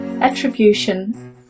Attribution